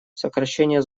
сокращение